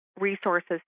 resources